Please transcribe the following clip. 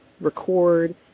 record